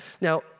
Now